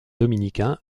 dominicain